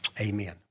Amen